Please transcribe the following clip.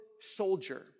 soldier